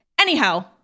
Anyhow